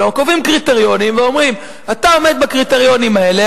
אלא קובעים קריטריונים ואומרים: אתה עומד בקריטריונים האלה,